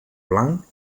blanc